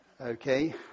Okay